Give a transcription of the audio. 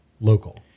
local